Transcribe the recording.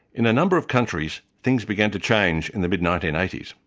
in a number of countries, things began to change in the mid nineteen eighty s.